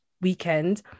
weekend